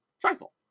trifle